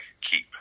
keep